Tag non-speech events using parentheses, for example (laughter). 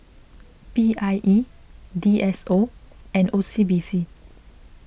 (noise) P I E D S O and O C B C